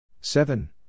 seven